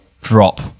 drop